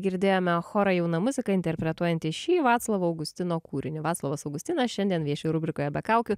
girdėjome chorą jauna muzika interpretuojantį šį vaclovo augustino kūrinį vaclovas augustinas šiandien vieši rubrikoje be kaukių